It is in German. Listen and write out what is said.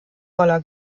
dollar